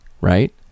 right